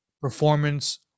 Performance